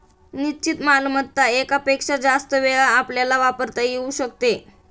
निश्चित मालमत्ता एकापेक्षा जास्त वेळा आपल्याला वापरता येऊ शकते